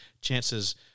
chances